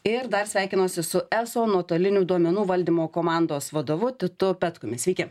ir dar sveikinuosi su eso nuotoliniu duomenų valdymo komandos vadovu titu petkumi sveiki